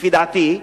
לפי דעתי,